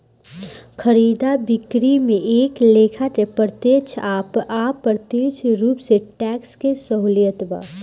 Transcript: खरीदा बिक्री में एक लेखा के प्रत्यक्ष आ अप्रत्यक्ष रूप से टैक्स के सहूलियत बा